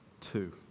two